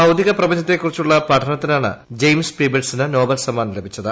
ഭൌതിക പ്രപഞ്ചത്തെക്കുറിച്ചുള്ള പഠനത്തിനാണ് ജെയിംസ് പീബിൾസിന് നോബൽ സമ്മാനം ലഭിച്ചത്